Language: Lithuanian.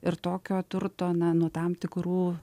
ir tokio turto na nuo tam tikrų